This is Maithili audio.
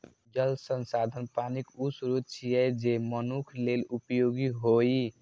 जल संसाधन पानिक ऊ स्रोत छियै, जे मनुक्ख लेल उपयोगी होइ